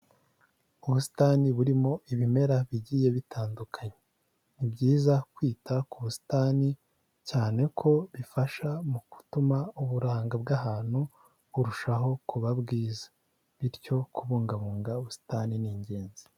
Ubusitani burimo ibimera bigiye bitandukanye. Ni byiza kwita ku busitani cyane ko bifasha mu gutuma uburanga bw'ahantu burushaho kuba bwiza bityo kubungabunga ubusitani ni ingenzi.